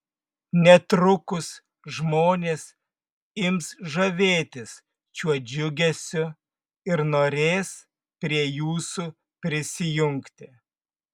netrukus žmonės ims žavėtis šiuo džiugesiu ir norės prie jūsų prisijungti